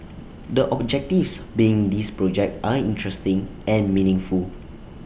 the objectives be in this project are interesting and meaningful